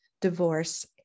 divorce